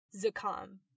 zukam